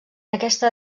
aquesta